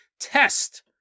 test